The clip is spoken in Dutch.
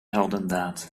heldendaad